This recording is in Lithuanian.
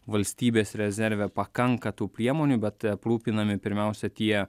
valstybės rezerve pakanka tų priemonių bet aprūpinami pirmiausia tie